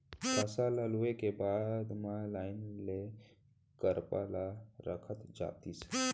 फसल ल लूए के बाद म लाइन ले करपा ल रखत जातिस